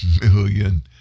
million